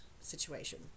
situation